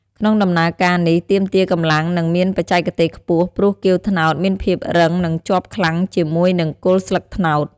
ក្នុងដំណើរការនេះ ទាមទារកម្លាំង និងមានបច្ចេទេសខ្ពស់ ព្រោះគាវត្នោតមានភាពរឹងនិងជាប់ខ្លាំងជាមួយនឹង គល់ស្លឹកត្នោត។